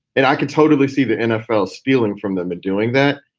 and i could totally see the nfl stealing from them and doing that.